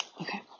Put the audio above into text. Okay